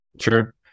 Sure